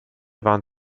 waren